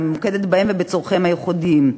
הממוקדת בהם ובצורכיהם הייחודיים.